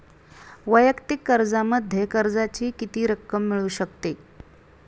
वैयक्तिक कर्जामध्ये कर्जाची किती रक्कम मिळू शकते?